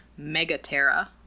Megaterra